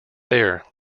there